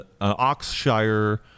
Oxshire